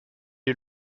est